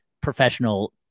professional